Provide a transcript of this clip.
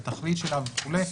את התכלית שלה וכולי,